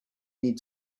need